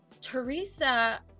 Teresa